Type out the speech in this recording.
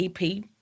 EP